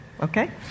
okay